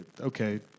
Okay